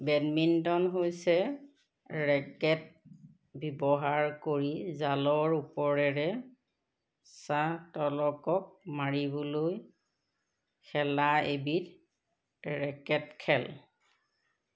badminton হৈছে racket ব্যৱহাৰ কৰি জালৰ ওপৰেৰে শ্বাটল কক মাৰিবলৈ খেলা এবিধ ৰেকেট খেল